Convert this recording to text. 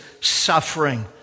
suffering